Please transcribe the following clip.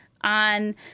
on